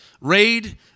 raid